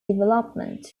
development